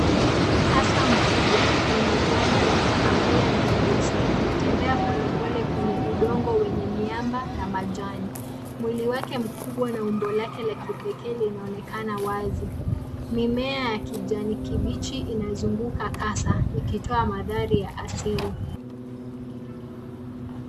Kasa mkubwa mwenye ganda la kahawia na nyeusi anatembea polepole kwenye udongo wenye miamba na majani. Mwili wake mkubwa na umbo lake la kipekee linaonekana wazi. Mimea ya kijani kibichi inazunguka kasa ikitoa mandhari ya asili.